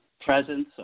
presence